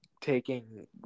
taking